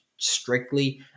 strictly